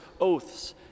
oaths